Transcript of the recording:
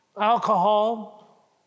alcohol